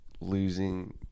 losing